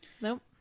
Nope